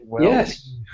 Yes